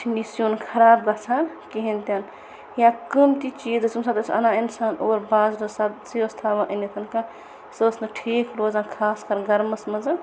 چھِ نہِ یہِ سیوٚن خَراب گَژھان کِہِنۍ تہِ نہٕ یا قۭمتی چیٖزس ییٚمہِ ساتہٕ أسۍ اَنان اِنسان اورٕ بازرٕ سَبزی اوس تھاوان أنِتھ کانٛہہ سۄ ٲس نہٕ ٹھیٖک روزان خاص کَر گَرمس منٛز